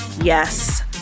Yes